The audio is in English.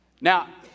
Now